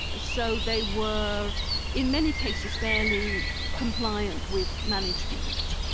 so they were in many cases fairly compliant with management.